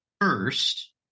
First